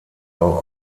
auch